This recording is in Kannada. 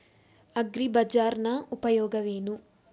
ಅಗ್ರಿಬಜಾರ್ ನ ಉಪಯೋಗವೇನು?